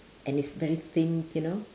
and is very thin you know